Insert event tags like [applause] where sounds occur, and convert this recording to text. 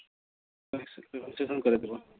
[unintelligible] করে দেব